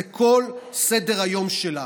זה כל סדר-היום שלה.